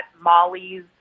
Molly's